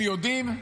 הם יודעים,